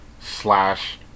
slash